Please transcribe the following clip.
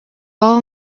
all